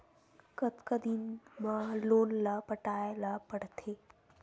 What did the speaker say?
कतका दिन मा लोन ला पटाय ला पढ़ते?